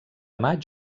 maig